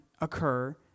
occur